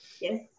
Yes